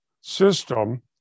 system